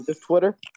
Twitter